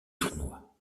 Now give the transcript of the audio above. tournoi